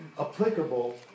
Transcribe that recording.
applicable